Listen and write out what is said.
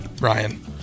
Ryan